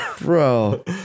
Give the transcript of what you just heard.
Bro